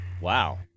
Wow